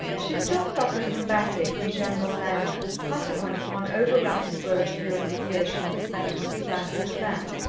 she still suffered from backache and general languor, consequent upon over-rapid growth during the year she had spent on the flat of her back.